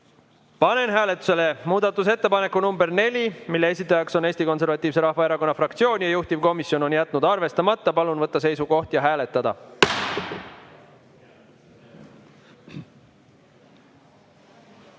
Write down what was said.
Panen hääletusele muudatusettepaneku nr 4, mille esitajaks on Eesti Konservatiivse Rahvaerakonna fraktsioon ja mille juhtivkomisjon on jätnud arvestamata. Palun võtta seisukoht ja hääletada!